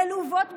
מלוות בקללות,